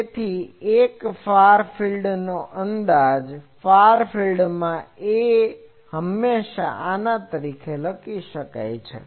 તેથી આ એક ફાર ફિલ્ડ નો અંદાજ છે કે ફાર ફિલ્ડ માં આ A હંમેશાં આના તરીકે લખી શકાય છે